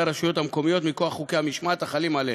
הרשויות המקומיות מכוח חוקי המשמעת החלים עליהם.